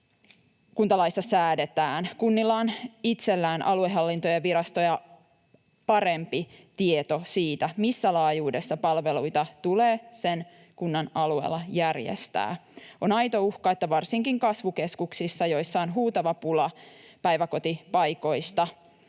kuntalaissa säädetään. Kunnilla on itsellään aluehallintovirastoja parempi tieto siitä, missä laajuudessa palveluita tulee sen kunnan alueella järjestää. On aito uhka, että varsinkin kasvukeskuksissa, joissa on huutava pula päiväkotipaikoista,